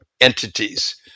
Entities